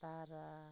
तारा